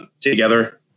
together